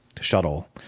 shuttle